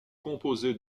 composés